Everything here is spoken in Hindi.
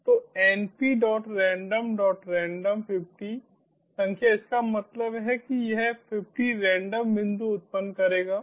तो nprandomrandom संख्या इसका मतलब है कि यह 50 रैंडम बिंदु उत्पन्न करेगा